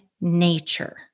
nature